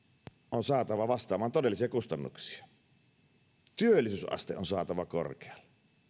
on saatava vastaamaan todellisia kustannuksia työllisyysaste on saatava korkealle